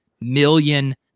million